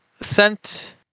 sent